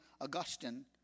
Augustine